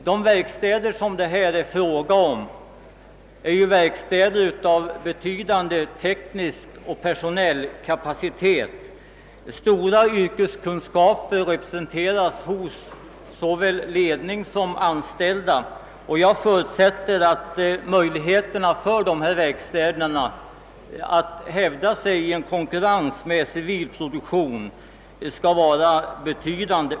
De verkstäder som debatten rör sig om har betydande teknisk och personell kapacitet. Stora yrkeskunskaper är samlade hos såväl ledning som anställda. Jag förutsätter att möjligheterna för dessa verkstäder att hävda sig i konkurrensen med civil produktion är betydande.